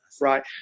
Right